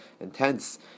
intense